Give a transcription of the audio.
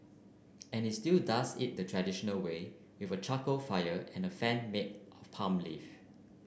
and he still does it the traditional way if a charcoal fire and a fan made of palm leaf